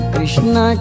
Krishna